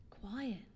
quiet